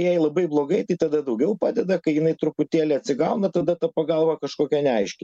jai labai blogai tai tada daugiau padeda kai jinai truputėlį atsigauna tada ta pagalba kažkokia neaiški